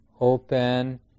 open